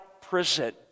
prison